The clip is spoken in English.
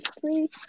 three